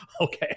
okay